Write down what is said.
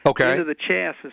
Okay